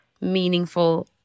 meaningful